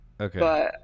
Okay